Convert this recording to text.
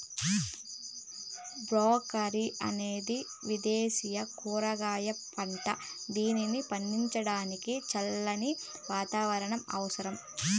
broccoli అనేది విదేశ కూరగాయ పంట, దీనిని పండించడానికి చల్లని వాతావరణం అవసరం